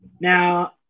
Now